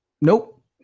Nope